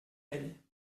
ell